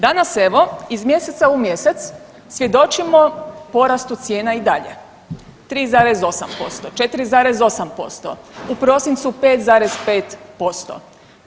Danas evo iz mjeseca u mjesec svjedočimo porastu cijena i dalje 3,8%, 4,8%, u prosincu 5,5%